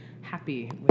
happy